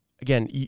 again